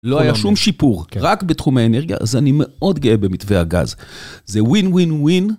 לא היה שום שיפור, רק בתחום האנרגיה, אז אני מאוד גאה במתווה הגז. זה ווין ווין ווין.